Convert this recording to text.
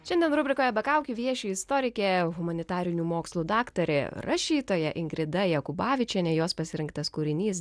šiandien rubrikoje be kaukių vieši istorikė humanitarinių mokslų daktarė rašytoja ingrida jakubavičienė jos pasirinktas kūrinys